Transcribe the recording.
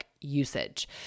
usage